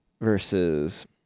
versus